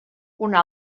una